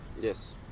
yes